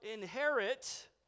inherit